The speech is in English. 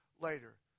later